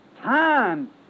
time